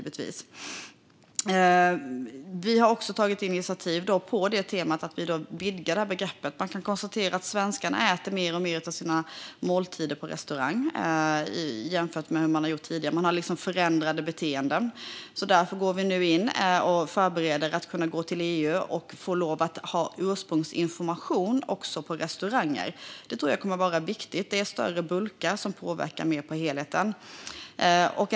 Vi har tagit initiativ på temat så att vi vidgar begreppet. Man kan konstatera att svenskarna äter mer och mer av sina måltider på restaurang jämfört med hur man har gjort tidigare. Man har förändrade beteenden. Därför går vi nu in och förbereder att kunna gå till EU och begära tillstånd för ursprungsinformation också på restauranger. Det tror jag kommer att vara viktigt. Det är större bulkar, som påverkar helheten mer.